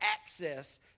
access